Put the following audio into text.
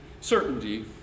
certainty